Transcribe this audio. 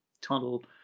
tunnel